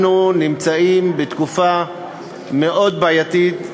אנחנו נמצאים בתקופה מאוד בעייתית,